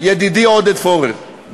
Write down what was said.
ידידי עודד פורר,